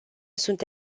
sunt